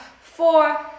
four